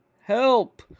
Help